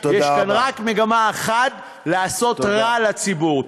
יש כאן רק מגמה אחת: לעשות רע לציבור.